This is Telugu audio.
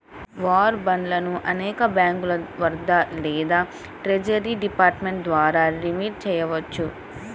వార్ బాండ్లను అనేక బ్యాంకుల వద్ద లేదా ట్రెజరీ డిపార్ట్మెంట్ ద్వారా రిడీమ్ చేయవచ్చు